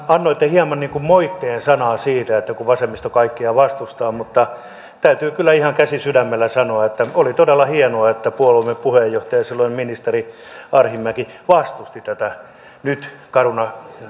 annoitte hieman moitteen sanaa siitä kun kun vasemmisto kaikkea vastustaa mutta täytyy kyllä ihan käsi sydämellä sanoa että oli todella hienoa että puolueemme puheenjohtaja silloinen ministeri arhinmäki vastusti tätä caruna